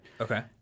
Okay